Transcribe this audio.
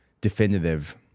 definitive